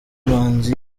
manzi